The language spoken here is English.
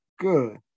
good